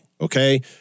okay